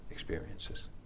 experiences